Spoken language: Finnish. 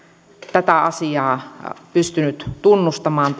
tätä asiaa pystynyt tunnustamaan